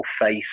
face